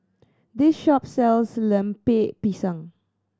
this shop sells Lemper Pisang